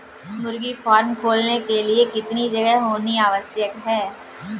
मुर्गी फार्म खोलने के लिए कितनी जगह होनी आवश्यक है?